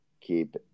keep